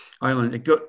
Island